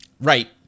right